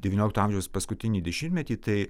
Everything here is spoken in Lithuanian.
devyniolikto amžiaus paskutinį dešimtmetį tai